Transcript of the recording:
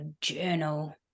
journal